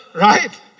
right